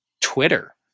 Twitter